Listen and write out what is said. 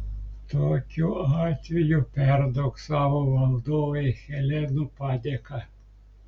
tokiu atveju perduok savo valdovui helenų padėką